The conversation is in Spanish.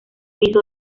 piso